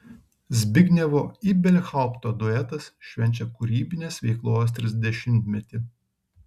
zbignevo ibelhaupto duetas švenčia kūrybinės veiklos trisdešimtmetį